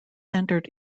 entered